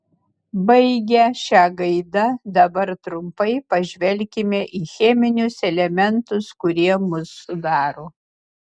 baigę šia gaida dabar trumpai pažvelkime į cheminius elementus kurie mus sudaro